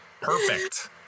Perfect